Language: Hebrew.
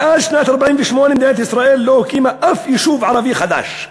מאז שנת 1948 מדינת ישראל לא הקימה אף יישוב ערבי חדש,